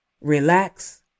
relax